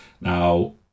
Now